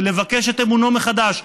ולבקש את אמונו מחדש,